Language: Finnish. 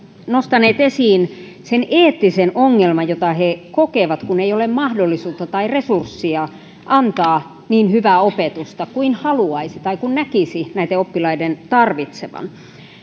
nostaneet esiin sen eettisen ongelman jonka he kokevat kun ei ole mahdollisuutta tai resurssia antaa niin hyvää opetusta kuin haluaisi tai näkisi näiden oppilaiden tarvitsevan